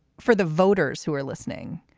for the voters who are listening,